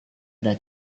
ada